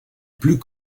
plus